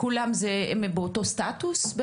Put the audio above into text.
כולם באותו סטטוס?